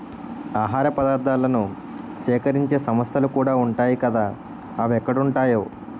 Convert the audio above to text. ఆహార పదార్థాలను సేకరించే సంస్థలుకూడా ఉంటాయ్ కదా అవెక్కడుంటాయో